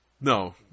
No